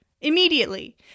Immediately